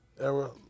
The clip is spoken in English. era